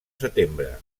setembre